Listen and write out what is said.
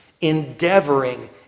Endeavoring